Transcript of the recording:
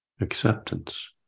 acceptance